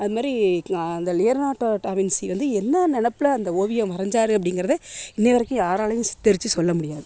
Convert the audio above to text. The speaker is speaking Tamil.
அதுமாதிரி க்ள அந்த லியர்னாட்டோ டாவின்சி வந்து என்ன நெனப்பில் அந்த ஓவியம் வரைஞ்சாரு அப்படிங்கிறதே இன்றைய வரைக்கும் யாராலையும் சித்தரிச்சு சொல்ல முடியாது